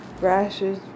rashes